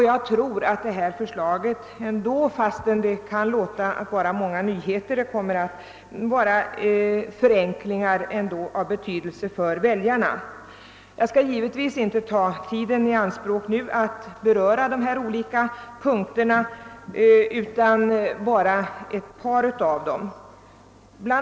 Jag tror dock att förslaget, även om det kan förefalla innehålla många nyheter, skall innebära förenklingar av betydelse för väljarna. Jag skall givetvis inte nu ta tiden i anspråk för att beröra alla de olika punkterna utan skall endast ta upp ett par av dem. Bl.